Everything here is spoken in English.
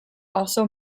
also